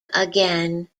again